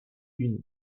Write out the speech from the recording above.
uni